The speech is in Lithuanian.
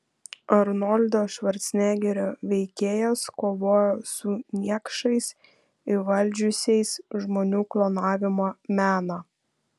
arnoldo švarcnegerio veikėjas kovoja su niekšais įvaldžiusiais žmonių klonavimo meną